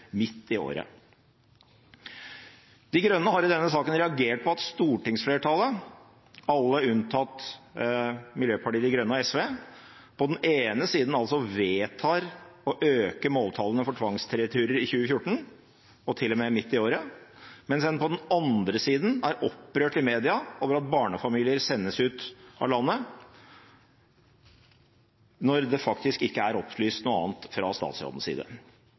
midt i året. De Grønne har i denne saken reagert på at stortingsflertallet, alle unntatt Miljøpartiet De Grønne og SV, på den ene siden vedtar å øke måltallene for tvangsreturer i 2014, og til og med midt i året, mens en på den andre siden er opprørt i media over at barnefamilier sendes ut av landet, når det faktisk ikke er opplyst noe annet fra statsrådens side.